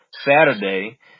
Saturday